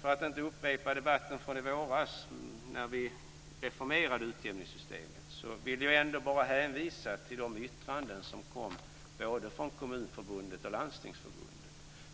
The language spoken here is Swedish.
För att inte upprepa debatten från i våras när utjämningssystemet reformerades vill jag bara hänvisa till de yttranden som kom från både Kommunförbundet och Landstingsförbundet